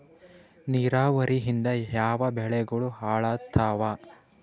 ನಿರಾವರಿಯಿಂದ ಯಾವ ಬೆಳೆಗಳು ಹಾಳಾತ್ತಾವ?